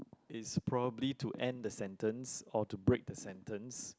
is probably to end the sentence or to break the sentence